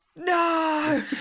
No